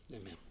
Amen